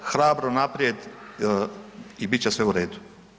Hrabro naprijed i bit će sve u redu.